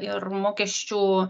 ir mokesčių